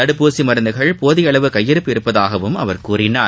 தடுப்பூசி மருந்துகள் போதியளவு கையிறுப்பு உள்ளதாகவும் அவர் கூறினார்